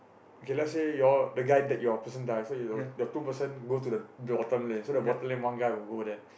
okay let say you all the guy that your person die so you your two person go to the the bottom lane so the bottom lane one guy who go there